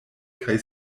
kaj